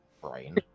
Brain